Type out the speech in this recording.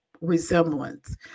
resemblance